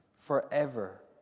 Forever